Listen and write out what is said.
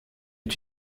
est